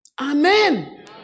Amen